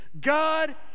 God